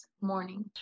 morning